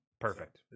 Perfect